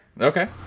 okay